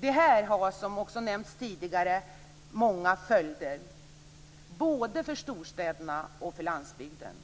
Det här har, som också nämnts tidigare, många följder både för storstäderna och för landsbygden.